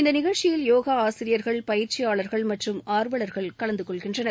இந்த நிகழ்ச்சியில் யோகா ஆசிரியர்கள் பயிற்சியாளர்கள் மற்றும் ஆர்வலர்கள் கலந்துகொள்கின்றனர்